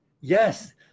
yes